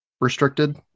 restricted